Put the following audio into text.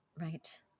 Right